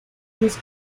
los